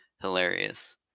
hilarious